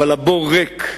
אבל הבור ריק.